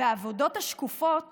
והעבודות השקופות